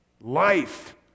Life